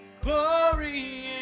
glory